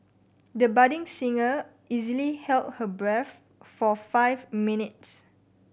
the budding singer easily held her breath for five minutes